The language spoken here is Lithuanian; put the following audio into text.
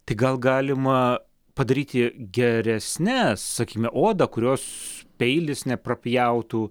tai gal galima padaryti geresnes sakykime odą kurios peilis neprapjautų